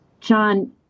John